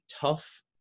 tough